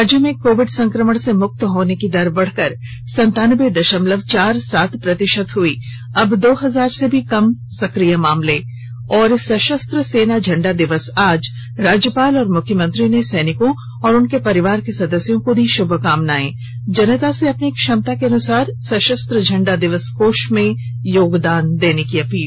राज्य में कोविड संक्रमण से मुक्त होने की दर बढ़कर संतानबे दशमलव चार सात प्रतिशत हुई अब दो हजार से भी कम सक्रिय मामले सशस्त्र सेना झंडा दिवस आज राज्यपाल और मुख्यमंत्री ने सैनिकों और उनके परिवार के सदस्यों को दी शुभकामनाएं जनता से अपनी क्षमता अनुसार सशस्त्र झंडा दिवस कोष में योगदान देने की अपील